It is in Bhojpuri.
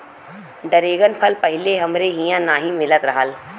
डरेगन फल पहिले हमरे इहाँ नाही मिलत रहल